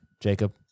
Jacob